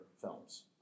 films